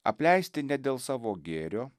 apleisti ne dėl savo gėrio